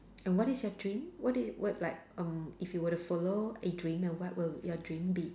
and what is your dream what is what like um if you were to follow a dream and what will your dream be